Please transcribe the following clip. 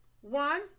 One